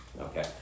Okay